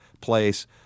place